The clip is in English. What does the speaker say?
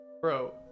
Bro